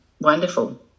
wonderful